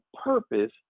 purpose